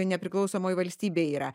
nepriklausomoj valstybėj yra